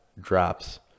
drops